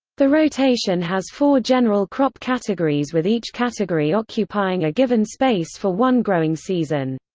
the rotation has four general crop categories with each category occupying a given space for one growing season.